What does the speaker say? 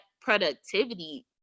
productivity